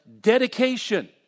dedication